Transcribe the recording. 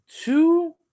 two